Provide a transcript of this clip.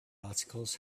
articles